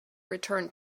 return